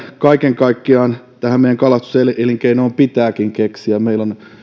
kaiken kaikkiaan jotain tähän meidän kalastuselinkeinoomme pitääkin keksiä meillä on